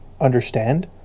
understand